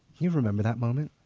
you remember that moment?